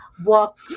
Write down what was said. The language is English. walk